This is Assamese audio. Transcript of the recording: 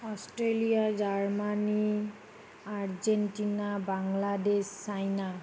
অষ্ট্ৰলিয়া জাৰ্মানী আৰ্জেণ্টিনা বাংলাদেশ চাইনা